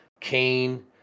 Cain